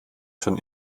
schon